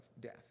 death